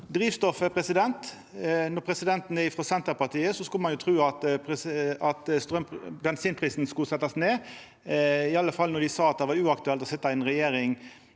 Drivstoff – når presidenten er frå Senterpartiet, skulle ein jo tru at bensinprisen skulle setjast ned, i alle fall når dei sa at det var uaktuelt å sitja i ei regjering